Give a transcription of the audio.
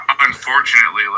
unfortunately